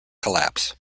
collapse